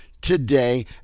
today